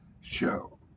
show